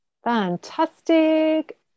Fantastic